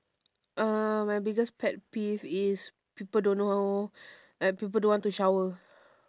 uh my biggest pet peeve is people don't know like people don't want to shower